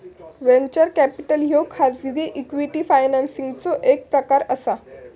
venture capital ह्यो खाजगी equity फायनान्सिंगचो एक प्रकार असा